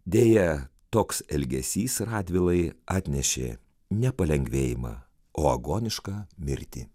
deja toks elgesys radvilai atnešė ne palengvėjimą o agonišką mirtį